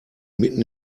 mitten